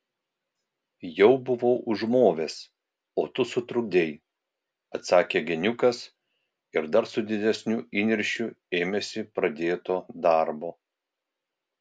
jau buvau užmovęs o tu sutrukdei atsakė geniukas ir dar su didesniu įniršiu ėmėsi pradėto darbo